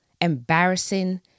embarrassing